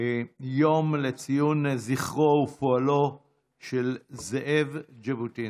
יום לציון זכרו ופועלו של זאב ז'בוטינסקי.